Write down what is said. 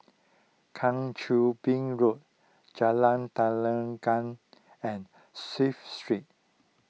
Kang Choo Bin Road Jalan and Safe Street